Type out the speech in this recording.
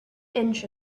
inch